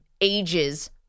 ages